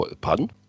Pardon